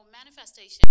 manifestation